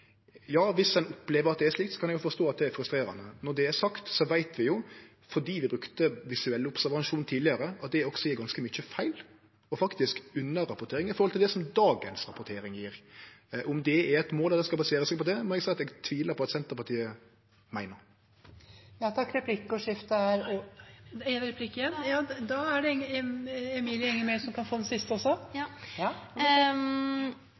Ja, dersom ein opplever at det er slik, kan eg forstå at det er frustrerande. Når det er sagt, veit vi jo, fordi vi brukte det tidlegare, at visuell observasjon gjev ganske mange feil og faktisk ei underrapportering i forhold til det dagens rapportering gjev. At det er eit mål at ein skal basere seg på det, det må eg seie at eg tvilar på at Senterpartiet meiner. Det blir litt for dumt, den framstillingen statsråden her prøver seg på. Det som er faktum, er at dagens tellemetode er en